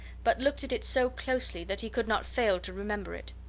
but looked at it so closely that he could not fail to remember it.